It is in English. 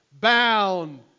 bound